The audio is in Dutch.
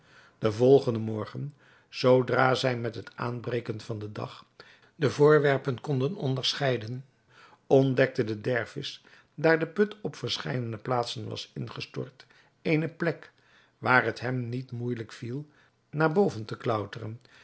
den volgenden morgen zoodra hij met het aanbreken van den dag de voorwerpen kon onderscheiden ontdekte de dervis daar de put op verscheidene plaatsen was ingestort eene plek waar het hem niet moeijelijk viel naar boven te klauteren